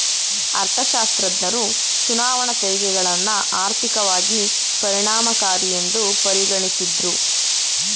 ಅರ್ಥಶಾಸ್ತ್ರಜ್ಞರು ಚುನಾವಣಾ ತೆರಿಗೆಗಳನ್ನ ಆರ್ಥಿಕವಾಗಿ ಪರಿಣಾಮಕಾರಿಯೆಂದು ಪರಿಗಣಿಸಿದ್ದ್ರು